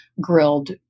grilled